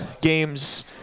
games